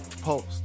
Post